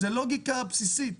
זאת לוגיקה בסיסית.